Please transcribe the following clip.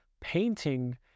Painting